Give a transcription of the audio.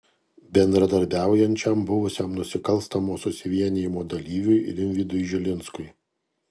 bendradarbiaujančiam buvusiam nusikalstamo susivienijimo dalyviui rimvydui žilinskui